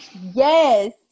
Yes